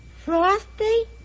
Frosty